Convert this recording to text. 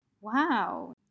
Wow